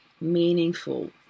meaningful